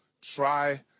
try